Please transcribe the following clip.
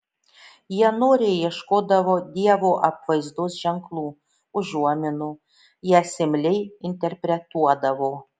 jie noriai ieškodavo dievo apvaizdos ženklų užuominų jas imliai interpretuodavo